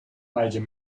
major